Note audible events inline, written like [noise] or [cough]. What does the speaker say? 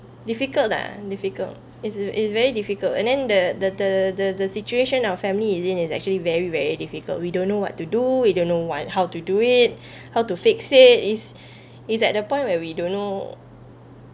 difficult lah difficult it's a it's very difficult and then the the the the the situation our family is in is actually very very difficult we don't know what to do we don't know what how to do it [breath] how to fix it it's [breath] it's at the point where we don't know